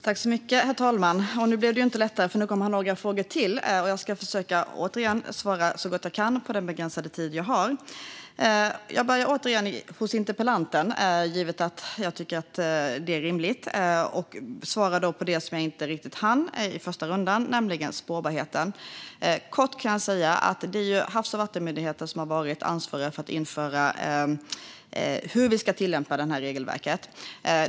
Herr talman! Nu blev det ju inte lättare, för nu kom det några frågor till. Jag ska försöka svara så gott jag kan på den begränsade tid jag har. Jag börjar återigen med interpellantens frågor, vilket jag tycker är rimligt, och svarar då på den som jag inte riktigt hann med i första rundan, nämligen om spårbarheten. Kort kan jag säga att det är Havs och vattenmyndigheten som varit ansvarig för hur vi ska tillämpa regelverket.